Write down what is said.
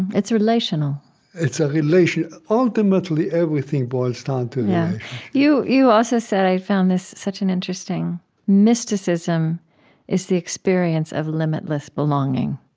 it's relational it's a relation. ultimately, everything boils down to relation you also said i found this such an interesting mysticism is the experience of limitless belonging.